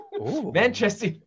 Manchester